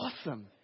awesome